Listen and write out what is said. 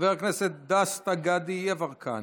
חבר הכנסת דסטה גדי יברקן,